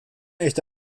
echte